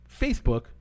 Facebook